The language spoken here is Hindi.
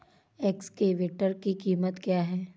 एक्सकेवेटर की कीमत क्या है?